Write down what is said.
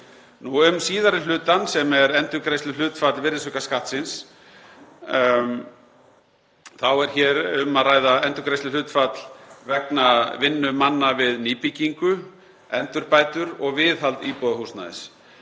síðari hlutann, sem er endurgreiðsluhlutfall virðisaukaskattsins, þá er hér um að ræða endurgreiðsluhlutfall vegna vinnu manna við nýbyggingu, endurbætur og viðhald íbúðarhúsnæðis.